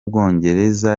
bwongereza